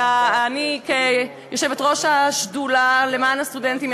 ואני כיושבת-ראש השדולה למען הסטודנטים,